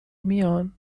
میان